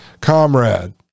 comrade